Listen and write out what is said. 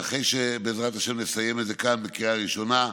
ואחרי שבעזרת השם נסיים את זה כאן בקריאה ראשונה,